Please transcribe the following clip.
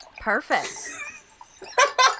Perfect